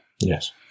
Yes